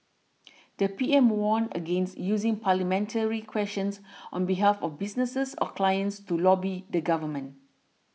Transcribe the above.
the P M warned against using parliamentary questions on behalf of businesses or clients to lobby the government